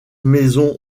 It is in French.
maison